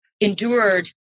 endured